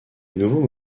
nouveau